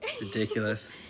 Ridiculous